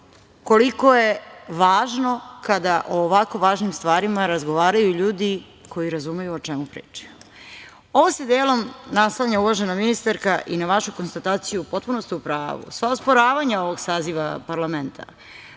koliko je važno kada o ovako važnim stvarima razgovaraju ljudi koji razumeju o čemu pričaju. Ovo se delom naslanja, uvažena ministarka, i na vašu konstataciju, potpuno ste u pravu, sva osporavanja ovog saziva parlamenta,